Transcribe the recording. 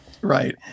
Right